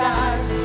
eyes